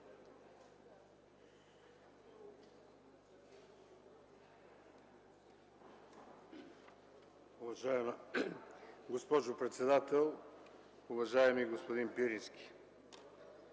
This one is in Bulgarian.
Уважаема госпожо председател! Уважаеми господин Пирински,